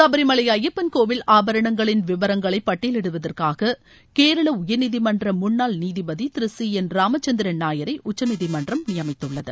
சபரிமலை அப்யப்பன் கோவில் ஆபரணங்களின் விவரங்களை பட்டியலிடுவதற்காக கேரள உயர்நீதிமன்ற முன்னாள் நீதிபதி திரு சி என் ராமச்சந்திரன் நாயரை உச்சநீதிமன்றம் நியமித்துள்ளது